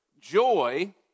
joy